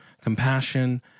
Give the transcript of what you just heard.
compassion